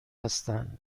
هستن